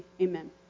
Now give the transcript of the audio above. Amen